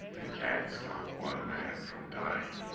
can't stop one man from dying.